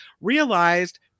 realized